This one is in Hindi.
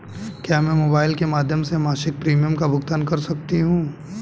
क्या मैं मोबाइल के माध्यम से मासिक प्रिमियम का भुगतान कर सकती हूँ?